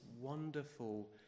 wonderful